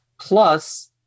Plus